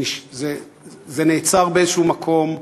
זה נעצר באיזשהו מקום,